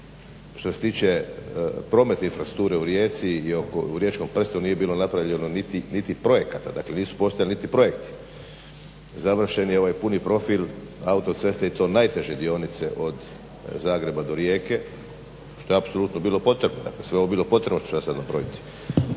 što se tiče prometne infrastrukture u Rijeci i u riječkom prstenu nije bilo napravljeno niti projekata. Dakle, nisu postojali niti projekti. Završen je ovaj puni profil autoceste i to najteže dionice od Zagreba do Rijeke što je apsolutno bilo potrebno. Dakle, sve ovo je bilo potrebno što ću ja sad nabrojiti.